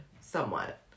somewhat